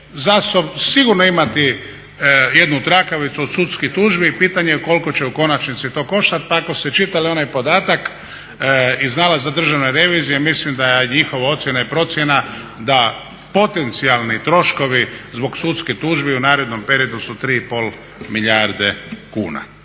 će … sigurno imati jednu trakavicu od sudskih tužbi i pitanje je koliko će u konačnici to koštat. Pa ako ste čitali onaj podatak iz nalaza Državne revizije mislim da je njihova ocjena i procjena da potencijalni troškovi zbog sudskih tužbi u narednom periodu su 3,5 milijarde kuna.